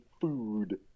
food